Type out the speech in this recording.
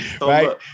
right